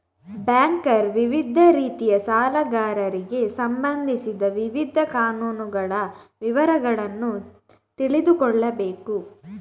banker ವಿವಿಧ ರೀತಿಯ ಸಾಲಗಾರರಿಗೆ ಸಂಬಂಧಿಸಿದ ವಿವಿಧ ಕಾನೂನುಗಳ ವಿವರಗಳನ್ನು ತಿಳಿದುಕೊಳ್ಳಬೇಕು